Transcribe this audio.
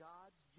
God's